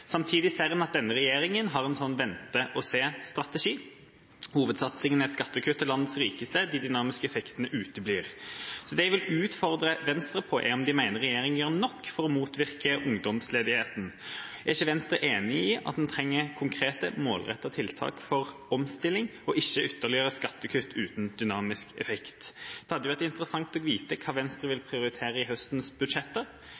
Samtidig ser en at denne regjeringa har en vente-og-se-strategi. Hovedsatsinga er skattekutt til landets rikeste. De dynamiske effektene uteblir. Så det jeg vil utfordre Venstre på, er om de mener regjeringa gjør nok for å motvirke ungdomsledigheten. Er ikke Venstre enig i at en trenger konkrete, målrettede tiltak for omstilling og ikke ytterligere skattekutt uten dynamisk effekt? Det hadde jo vært interessant å vite hva Venstre vil prioritere i høstens budsjetter.